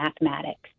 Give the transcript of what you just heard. mathematics